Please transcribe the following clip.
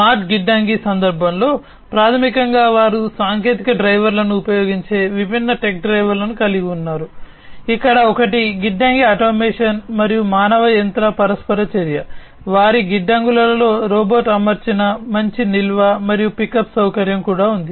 smart గిడ్డంగి కూడా ఉంది